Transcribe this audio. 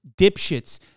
dipshits